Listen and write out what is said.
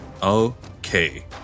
Okay